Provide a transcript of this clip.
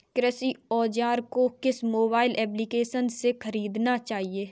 कृषि औज़ार को किस मोबाइल एप्पलीकेशन से ख़रीदना चाहिए?